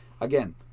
Again